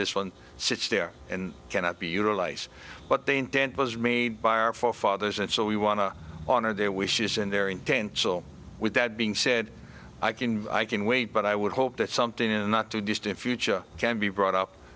this one sits there and cannot be utilized but they made by our forefathers and so we want to honor their wishes and their in pencil with that being said i can i can wait but i would hope that something in the not too distant future can be brought up